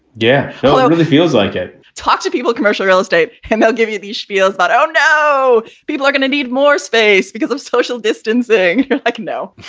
yeah, it really feels like it talk to people, commercial real estate and they'll give you these spiels about, oh, no, people are going to need more space because of social distancing, like no